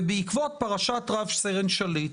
בעקבות פרשת רב סרן שליט,